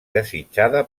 desitjada